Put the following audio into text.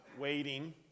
waiting